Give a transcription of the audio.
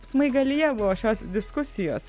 smaigalyje buvo šios diskusijos